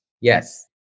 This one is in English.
Yes